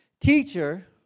Teacher